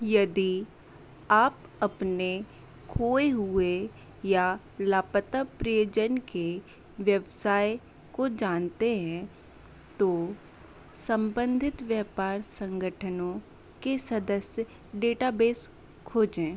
यदि आप अपने खोए हुए या लापता प्रियजन के व्यवसाय को जानते हैं तो संबंधित व्यापार संगठनों के सदस्य डेटाबेस खोजें